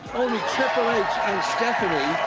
only and stephanie.